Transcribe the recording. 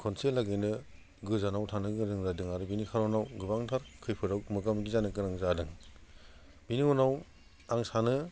खनसे लागैनो गोजानाव थांनो गोनां जादों आरो बिनि खारनाव गोबांथार खैफोदाव मोगा मोगि जानो गोनां जादों बिनि उनाव आं सानो